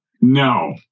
No